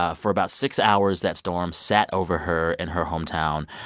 ah for about six hours, that storm sat over her, in her hometown,